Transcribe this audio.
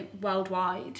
worldwide